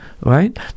right